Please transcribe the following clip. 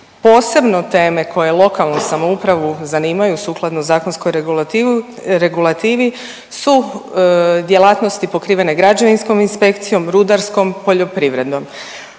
Posebno teme koje lokalnu samoupravu zanimaju sukladno zakonskoj regulativi su djelatnosti pokrivene građevinskom inspekcijom, rudarskom, poljoprivrednom.